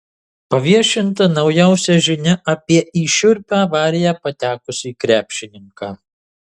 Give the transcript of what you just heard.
paviešinta naujausia žinia apie į šiurpią avariją patekusį krepšininką